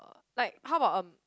like how about um